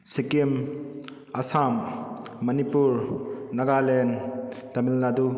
Sikkim Assam Manipur Nagaland Tamil Nadu